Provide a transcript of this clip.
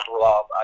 love